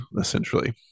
essentially